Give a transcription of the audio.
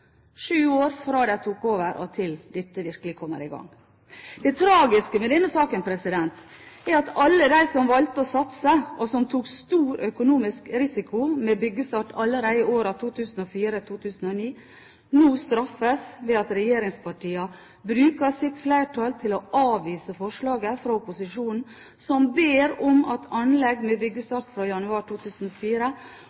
sju år fra de tok over og til dette virkelig kommer i gang. Det tragiske med denne saken er at alle de som valgte å satse, og som tok stor økonomisk risiko med byggestart allerede i årene 2004–2009, nå straffes ved at regjeringspartiene bruker sitt flertall til å avvise forslaget fra opposisjonen, som ber om at anlegg med